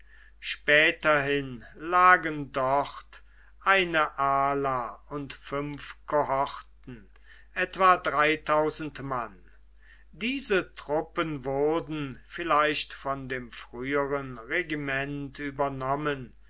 späterhin lagen dort eine ala und fünf kohorten etwa mann diese truppen wurden vielleicht von dem früheren regiment übernommen